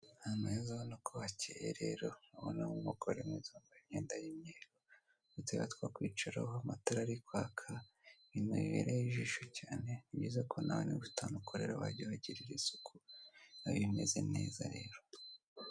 Aha hantu heza urabona ko hakeye rero urabonamo umugore mwiza wambaye imyenda y'umweru udutebe two kwicaraho amatara ari kwaka ibintu bibereye ijisho cyane ni byiza ko nawe niba ufite ahantu ukorera wajya ubigirira isuku nayo bimeze neza rero.